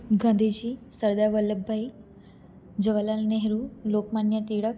Gandhiji Sardar Vallabhbhai Jawaharlal Nehru Lokmanya Tilak